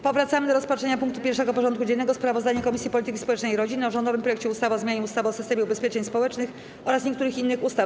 Powracamy do rozpatrzenia punktu 1. porządku dziennego: Sprawozdanie Komisji Polityki Społecznej i Rodziny o rządowym projekcie ustawy o zmianie ustawy o systemie ubezpieczeń społecznych oraz niektórych innych ustaw.